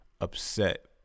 upset